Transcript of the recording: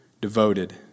devoted